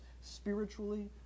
spiritually